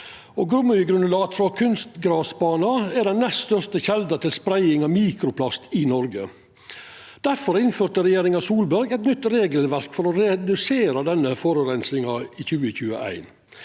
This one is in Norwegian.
Gummigranulat frå kunstgrasbanar er den nest største kjelda til spreiing av mikroplast i Noreg. Difor innførte regjeringa Solberg i 2021 eit nytt regelverk for å redusera denne forureininga.